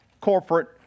corporate